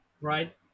Right